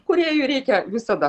kūrėjui reikia visada